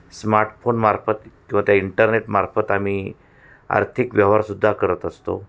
स्मार्टफोनमार्फत किंवा त्या इंटरनेटमार्फत आम्ही आर्थिक व्यवहारसुद्धा करत असतो